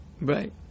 Right